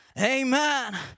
Amen